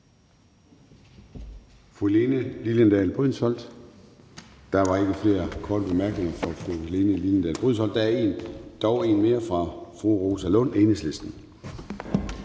Fru Helene Liliendahl Brydensholt? Der var ikke flere korte bemærkninger fra fru Helene Liliendahl Brydensholt. Der er dog en mere fra fru Rosa Lund, Enhedslisten.